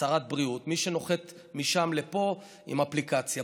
הצהרת בריאות, מי שנוחת משם לפה, עם אפליקציה.